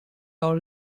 all